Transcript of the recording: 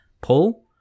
pull